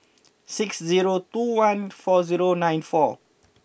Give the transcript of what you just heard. six zero two one four zero nine four